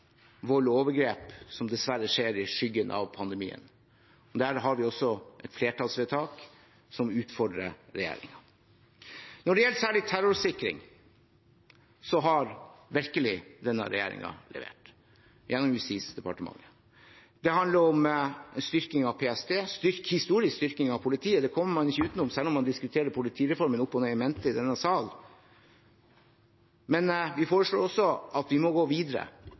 vold og overgrep, som dessverre skjer i skyggen av pandemien. Der har vi også et flertallsvedtak som utfordrer regjeringen. Når det gjelder særlig terrorsikring, har virkelig denne regjeringen levert gjennom Justisdepartementet. Det handler om en styrking av PST og en historisk styrking av politiet, det kommer man ikke utenom selv om man diskuterer politireformen opp og ned i mente i denne salen. Men vi foreslår også at vi må gå videre.